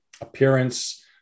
appearance